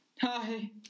hi